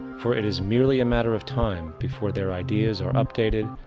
for it is merely a matter of time before their ideas are updated,